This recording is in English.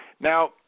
Now